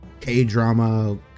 k-drama